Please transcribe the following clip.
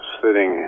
sitting